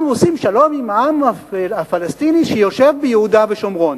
אנחנו עושים שלום עם העם הפלסטיני שיושב ביהודה ושומרון.